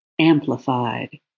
amplified